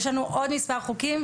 יש לנו עוד מספר חוקים,